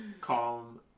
Calm